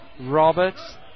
Roberts